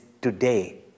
today